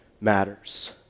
matters